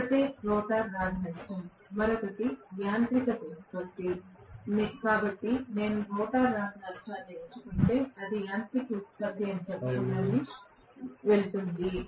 ఒకటి రోటర్ రాగి నష్టం మరొకటి యాంత్రిక ఉత్పత్తి కాబట్టి నేను రోటర్ రాగి నష్టాన్ని పెంచుకుంటే అది యాంత్రిక ఉత్పత్తి అని చెప్పకుండానే వెళుతుంది